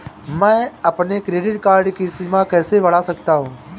मैं अपने credit card की सीमा कैसे बढ़ा सकता हूँ?